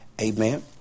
Amen